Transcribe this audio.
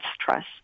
stress